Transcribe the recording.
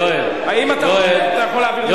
תן לציבור תשובות, עזוב אותנו.